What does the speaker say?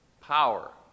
power